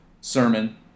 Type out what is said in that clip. Sermon